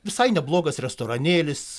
visai neblogas restoranėlis